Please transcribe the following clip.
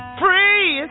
free